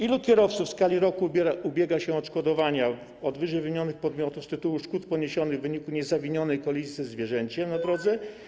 Ilu kierowców w skali roku ubiega się o odszkodowania od ww. podmiotów z tytułu szkód poniesionych w wyniku niezawinionej kolizji ze zwierzęciem na drodze?